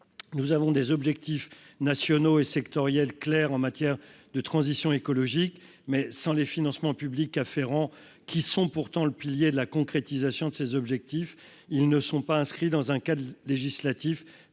nous avons des objectifs nationaux et sectoriels clair en matière de transition écologique, mais sans les financements publics afférents, qui sont pourtant le pilier de la concrétisation de ces objectifs, ils ne sont pas inscrits dans un cadre législatif